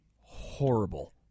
Horrible